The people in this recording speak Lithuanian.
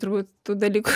turbūt tų dalykų